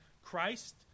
Christ